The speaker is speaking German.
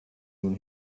nun